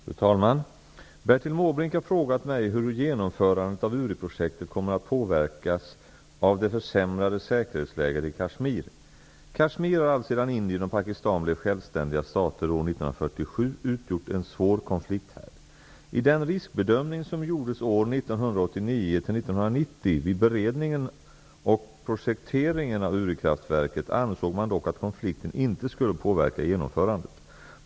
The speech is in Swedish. Fru talman! Bertil Måbrink har frågat mig hur genomförandet av Uriprojektet kommer att påverkas av det försämrade säkerhetsläget i Kashmir har alltsedan Indien och Pakistan blev självständiga stater år 1947 utgjort en svår konflikthärd. I den riskbedömning som gjordes Urikraftverket ansåg man dock att konflikten inte skulle påverka genomförandet.